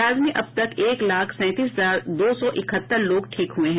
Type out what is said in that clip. राज्य में अब एक लाख सैंतीस हजार दो सौ इकहत्तर लोग ठीक हुए हैं